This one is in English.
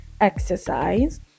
exercise